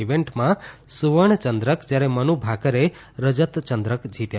ઈવેન્ટમાં સુવર્ણચંદ્રક જ્યારે મનુ ભાકરે રજતચંદ્રક જીત્યા છે